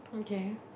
okay